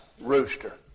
rooster